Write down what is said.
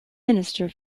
minister